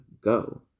Go